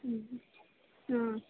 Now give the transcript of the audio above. ಹ್ಞೂ ಹಾಂ